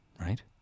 right